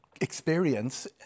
experience